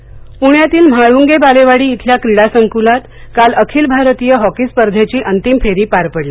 hockey स्पर्धा प्ण्यातील म्हाळूंगे बालेवाडी इथल्या क्रीडा संकूलात काल अखिल भारतीय हॉकी स्पर्धेची अंतिम फेरी पार पडली